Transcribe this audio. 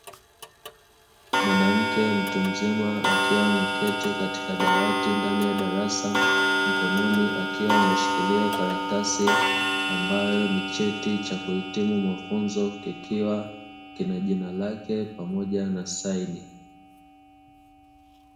Mwanamke mtu mzima, akiwa ameketi katika dawati ndani ya darasa. Mkononi akiwa ameshikilia karatasi ambayo ni cheti cha kuhitimu mafunzo, kikiwa kina jina lake pamoja na saini.